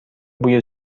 بوی